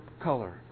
color